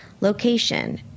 Location